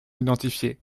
identifiées